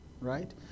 right